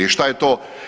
Šta je to?